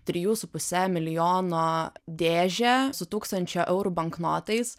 trijų su puse milijono dėžę su tūkstančio eurų banknotais